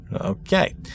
Okay